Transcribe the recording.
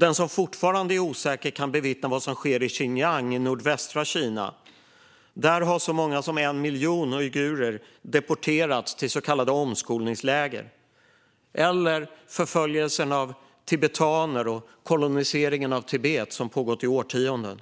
Den som fortfarande är osäker kan bevittna vad som sker i Xinjiang i nordvästra Kina, där så många som 1 miljon uigurer har deporterats till så kallade omskolningsläger, eller förföljelsen av tibetaner och koloniseringen av Tibet som pågått i årtionden.